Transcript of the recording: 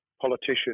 politician